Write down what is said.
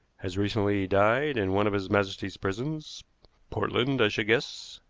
has recently died in one of his majesty's prisons portland i should guess.